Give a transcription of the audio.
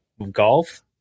golf